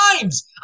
times